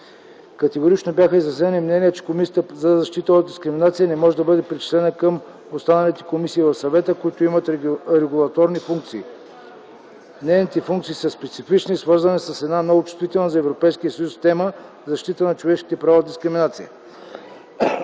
Категорично бяха изразени мнения, че Комисията за защита от дискриминация не може да бъде причислена към останалите комисии и съвети, които имат регулаторни функции. Нейните функции са специфични, свързани с една много чувствителна за Европейския съюз тема - защитата на човешките права от дискриминация.